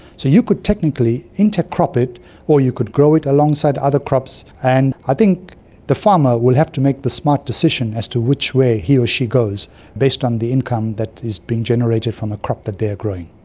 so you could technically intercrop it or you could grow it alongside other crops. and i think the farmer would have to make the smart decision as to which way he or she goes based on the income that is being generated from the crop that they are growing.